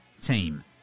team